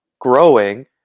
growing